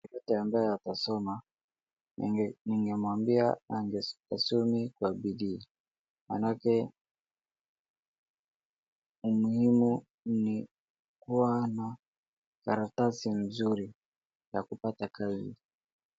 Watu ambaye watasoma ningemwambia asome Kwa bidii. Maana yake umuhimu Ni kuwa Na kartasi nzuri ya kupata kazi.